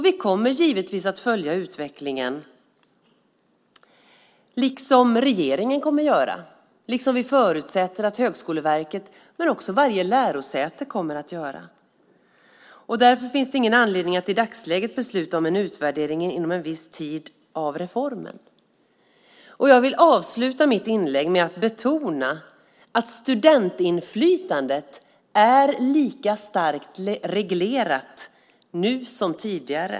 Vi kommer givetvis att följa utvecklingen, liksom regeringen kommer att göra och vi förutsätter att Högskoleverket men också varje lärosäte kommer att göra. Därför finns det ingen anledning att i dagsläget besluta om en utvärdering inom en viss tid av reformen. Jag vill avsluta mitt inlägg med att betona att studentinflytandet är lika starkt reglerat nu som tidigare.